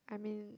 I mean